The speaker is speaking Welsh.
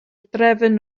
drefn